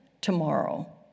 tomorrow